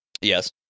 Yes